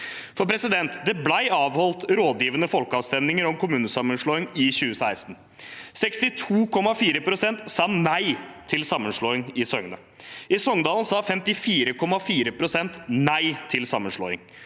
utgangspunktet. Det ble avholdt rådgivende folkeavstemninger om kommunesammenslåing i 2016. 62,4 pst. sa nei til sammenslåing i Søgne. I Songdalen sa 54,4 pst. nei til sammenslåing.